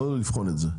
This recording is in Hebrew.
לא לבחון את זה.